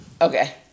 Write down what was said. Okay